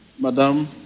Madam